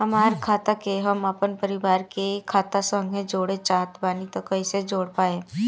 हमार खाता के हम अपना परिवार के खाता संगे जोड़े चाहत बानी त कईसे जोड़ पाएम?